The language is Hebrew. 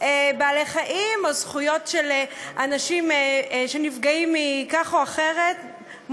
בעלי-חיים או זכויות של אנשים שנפגעים כך או אחרת,